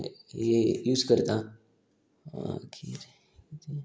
use करतां मागीर